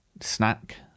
snack